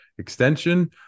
extension